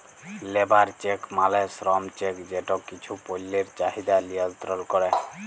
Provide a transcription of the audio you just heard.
labour check মালে শ্রম check যেট কিছু পল্যের চাহিদা লিয়লত্রল ক্যরে